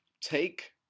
take